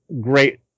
great